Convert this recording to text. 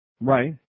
Right